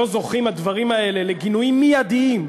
לא זוכים הדברים הללו לגינויים מיידיים,